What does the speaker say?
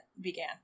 began